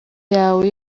yawe